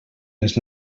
les